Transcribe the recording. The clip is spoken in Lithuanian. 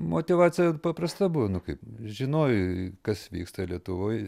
motyvacija paprasta buvo nu kaip žinojai kas vyksta lietuvoj